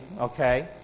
Okay